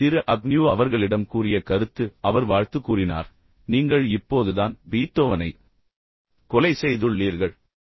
ஆனால் திரு அக்ன்யூ அவர்களிடம் கூறிய கருத்து அவர் வாழ்த்து கூறினார் நீங்கள் இப்போதுதான் பீத்தோவனைக் கொலை செய்துள்ளீர்கள்